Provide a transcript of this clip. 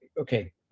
Okay